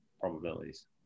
probabilities